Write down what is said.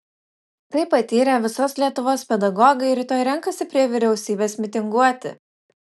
tai patyrę visos lietuvos pedagogai rytoj renkasi prie vyriausybės mitinguoti